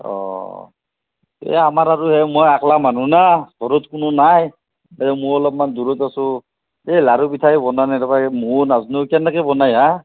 এই আমাৰ আৰু মই আক্লা মানুহ না ঘৰত কোনো নাই মই অলপমান দূৰত আছোঁ এই লাড়ু পিঠা কেনেকৈ বনাই ময়ো নাজনোঁ কেনেকে বনাই হা